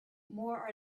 more